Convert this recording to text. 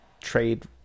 trade